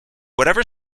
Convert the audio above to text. whatever